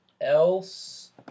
else